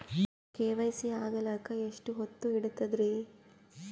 KYC ಆಗಲಕ್ಕ ಎಷ್ಟ ಹೊತ್ತ ಹಿಡತದ್ರಿ?